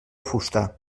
fusta